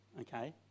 okay